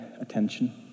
attention